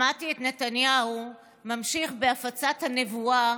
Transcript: שמעתי את נתניהו ממשיך בהפצת הנבואה